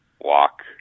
walk